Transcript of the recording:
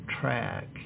track